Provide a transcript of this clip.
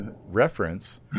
reference